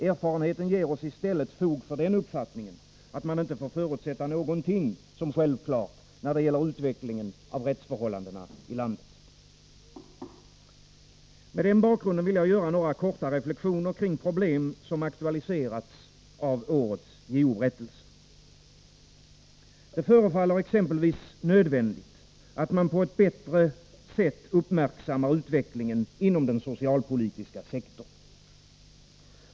Erfarenheten ger ossii stället fog för uppfattningen, att man inte får förutsätta någonting som självklart när det gäller utvecklingen av rättsförhållandena i landet. Med den bakgrunden vill jag göra några reflexioner kring problem som aktualiseras av årets JO-berättelse. Det förefaller exempelvis nödvändigt, att man på ett bättre sätt uppmärksammar utvecklingen inom den socialpolitiska sektorn.